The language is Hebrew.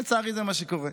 לצערי, זה מה שקורה.